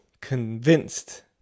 convinced